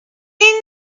enough